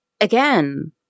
again